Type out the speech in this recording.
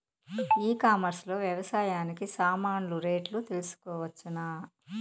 ఈ కామర్స్ లో వ్యవసాయానికి సామాన్లు రేట్లు తెలుసుకోవచ్చునా?